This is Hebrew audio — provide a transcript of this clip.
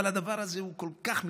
אבל הדבר הזה הוא כל כך מיותר.